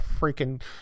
freaking